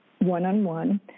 one-on-one